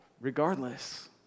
regardless